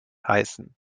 heißen